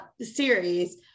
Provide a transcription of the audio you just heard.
series